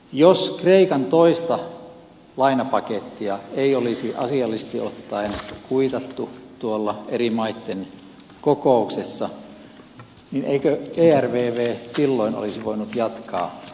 jos kreikan toista lainapakettia ei olisi asiallisesti ottaen kuitattu tuolla eri maitten kokouksessa niin eikö ervv silloin olisi voinut jatkaa entisellään